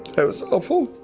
that was awful.